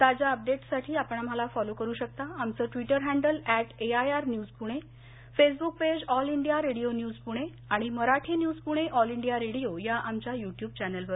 ताज्या अपडेट्ससाठी आपण आम्हाला फॉलो करू शकता आमचं Twitter handle at AIR news Pune Facebook page All India Radio news Pune आणि Marathi news Pune All India Radio या आमच्या यट्यब चॅनेलवर